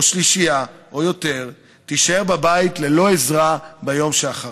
שלישייה או יותר תישאר בבית ללא עזרה ביום שאחרי.